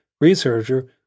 researcher